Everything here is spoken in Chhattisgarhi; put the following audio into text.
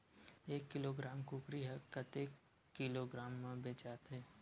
एक किलोग्राम कुकरी ह कतेक किलोग्राम म बेचाथे?